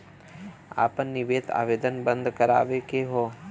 आपन निवेश आवेदन बन्द करावे के हौ?